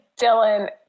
Dylan